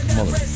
Mother